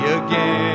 again